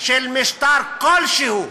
של משטר כלשהו,